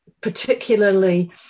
particularly